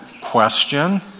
question